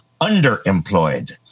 underemployed